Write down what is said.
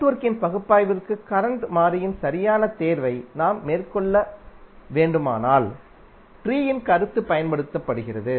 நெட்வொர்க்கின் பகுப்பாய்விற்கு கரண்ட் மாறியின் சரியான தேர்வை நாம் மேற்கொள்ள வேண்டுமானால் ட்ரீயின் கருத்து பயன்படுத்தப்படுகிறது